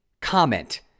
comment